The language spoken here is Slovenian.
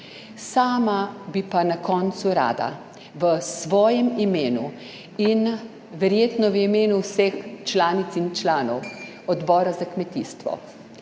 Sama bi pa na koncu rada v svojem imenu in verjetno v imenu vseh članic in članov Odbora za kmetijstvo